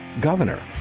governor